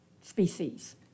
species